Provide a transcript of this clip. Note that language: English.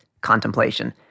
contemplation